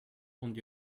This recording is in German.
und